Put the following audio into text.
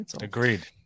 Agreed